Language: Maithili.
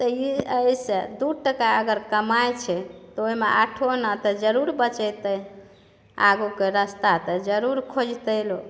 तऽ ई एहिसँ दू टका अगर कमाइ छै तऽ ओहिमे आठो अना तऽ जरूर बचेतै आगूके रास्ता तऽ जरूर खोजतै लोक